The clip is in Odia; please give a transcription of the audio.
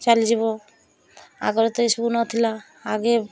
ଚାଲିଯିବ ଆଗରେ ତ ଏସବୁ ନଥିଲା ଆଗେ